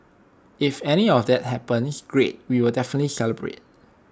if any of that happens great we will definitely celebrate